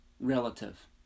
relative